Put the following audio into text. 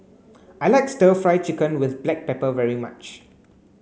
I like stir fry chicken with black pepper very much